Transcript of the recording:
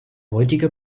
heutige